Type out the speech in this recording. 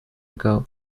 ago